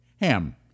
ham